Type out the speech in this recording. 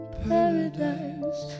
paradise